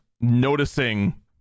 noticing